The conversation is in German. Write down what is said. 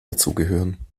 dazugehören